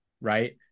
right